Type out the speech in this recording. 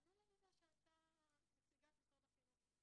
ענו לנו מה שענתה נציגת משרד החינוך.